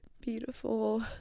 Beautiful